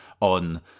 on